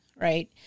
right